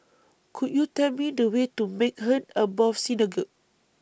Could YOU Tell Me The Way to Maghain Aboth Synagogue